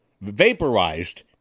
vaporized